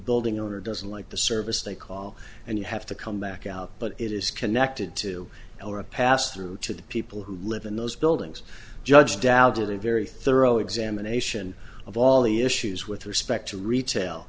building owner doesn't like the service they call and you have to come back out but it is connected to a pass through to the people who live in those buildings judge daljit a very thorough examination of all the issues with respect to retail